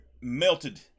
melted